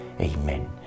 Amen